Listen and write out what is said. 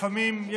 לפעמים,